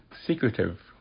secretive